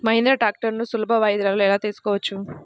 మహీంద్రా ట్రాక్టర్లను సులభ వాయిదాలలో ఎలా తీసుకోవచ్చు?